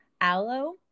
aloe